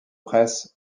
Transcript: presse